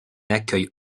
accueil